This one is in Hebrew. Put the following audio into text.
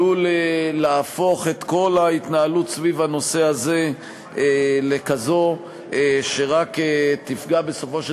עלול להפוך את כל ההתנהלות סביב הנושא הזה לכזאת שרק תפגע בסופו של